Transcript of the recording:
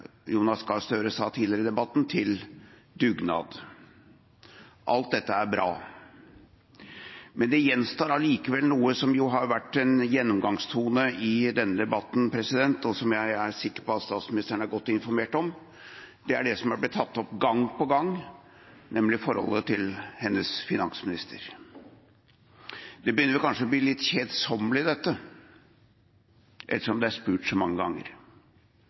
Jonas Gahr Støre sa tidligere i debatten, til dugnad. Alt dette er bra. Men det gjenstår allikevel noe som jo har vært en gjennomgangstone i denne debatten, og som jeg er sikker på at statsministeren er godt informert om, og det er det som er blitt tatt opp gang på gang, nemlig forholdet til hennes finansminister. Det begynner kanskje å bli litt kjedsommelig, dette, ettersom det er spurt om så mange